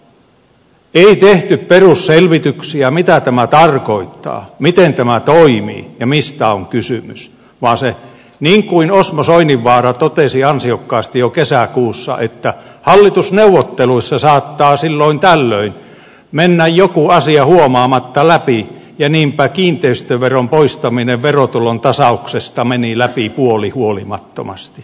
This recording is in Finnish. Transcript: ei tehty perusselvityksiä mitä tämä tarkoittaa miten tämä toimii ja mistä on kysymys vaan niin kuin osmo soininvaara totesi ansiokkaasti jo kesäkuussa hallitusneuvotteluissa saattaa silloin tällöin mennä jokin asia huomaamatta läpi ja niinpä kiinteistöveron poistaminen verotulon tasauksesta meni läpi puolihuolimattomasti